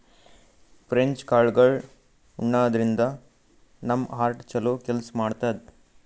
French ಕಾಳ್ಗಳ್ ಉಣಾದ್ರಿನ್ದ ನಮ್ ಹಾರ್ಟ್ ಛಲೋ ಕೆಲ್ಸ್ ಮಾಡ್ತದ್